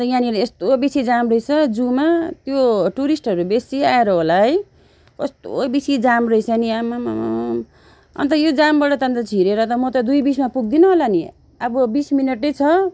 अन्त यहाँनिर यस्तो बेसी जाम रहेछ जूमा त्यो टुरिस्टहरू बेसी आएर होला है कस्तो बेसी जाम रहेछ नि आम्मामामामाम् अन्त यो जामबाट त अन्त छिरेर त म त दुई बिसमा पुग्दिनँ होला नि आबो बिस मिनटै छ